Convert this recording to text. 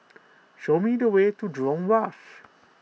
show me the way to Jurong Wharf